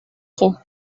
trop